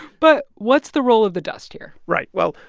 but what's the role of the dust here? right. well,